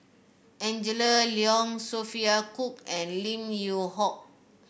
Angela Liong Sophia Cooke and Lim Yew Hock